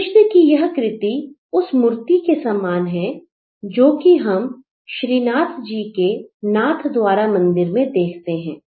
कृष्ण की यह कृति उसी मूर्ति के समान हैं जो कि हम श्रीनाथजी के नाथद्वारा मंदिर में देखते हैं